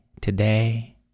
today